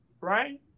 right